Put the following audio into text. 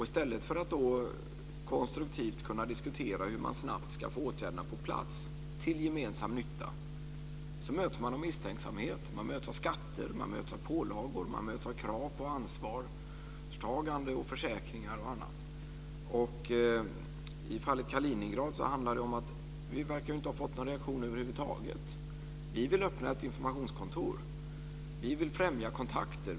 I stället för att konstruktivt diskutera hur man snabbt ska få åtgärderna på plats till gemensam nytta möts man av misstänksamhet. Man möts av skatter. Man möts av pålagor. Man möts av krav på ansvarstagande, försäkringar och annat. I fallet Kaliningrad verkar vi inte ha fått någon reaktion över huvud taget. Vi vill öppna ett informationskontor. Vi vill främja kontakter.